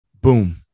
Boom